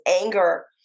anger